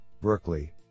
berkeley